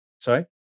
Sorry